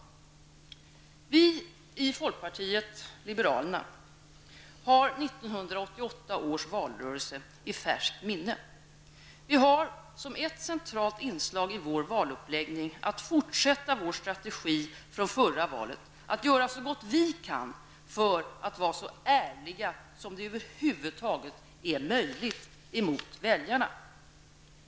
Vi i folkpartiet liberalerna har 1988 års valrörelse i färskt minne. Vi har som ett centralt inslag i vår valuppläggning att fortsätta vår strategi från förra valet och att göra så gott vi kan för att vara så ärliga som det över huvud taget är möjligt emot väljarna.